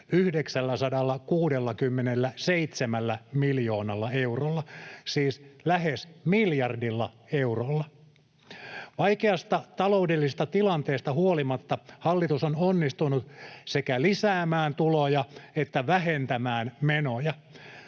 967 miljoonalla eurolla, siis lähes miljardilla eurolla. Vaikeasta taloudellisesta tilanteesta huolimatta hallitus on onnistunut sekä lisäämään tuloja että vähentämään menoja.